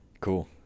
cool